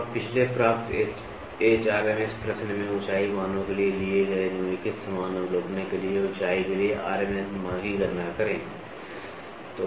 तो अब पिछले प्राप्त प्रश्न में ऊँचाई मानों के लिए लिए गए निम्नलिखित समान अवलोकनों के लिए ऊँचाई के लिए RMS मान की गणना करें